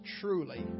truly